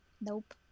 Nope